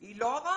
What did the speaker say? היא לא הרמבו.